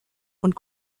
und